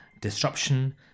Disruption